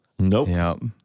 Nope